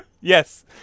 Yes